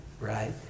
right